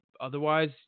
otherwise